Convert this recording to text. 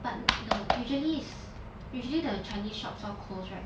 but the usually is usually the chinese shops all close right